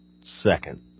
second